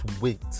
wait